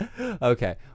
Okay